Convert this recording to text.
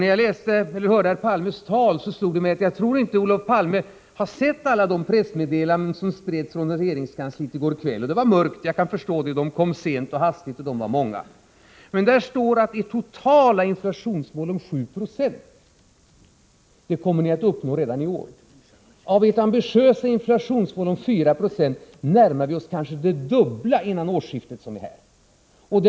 När jag hörde herr Palmes tal slog det mig att Olof Palme nog inte har sett alla de pressmeddelanden som spreds från regeringskansliet i går kväll. Jag kan förstå det — det var mörkt, de kom hastigt och sent, och de var många. Men där heter det att ni redan i år kommer att uppnå ert totala inflationsmål på 7 Jo. Av ert ambitiösa inflationsmål om 4 96 blir det kanske det dubbla innan årsskiftet är här!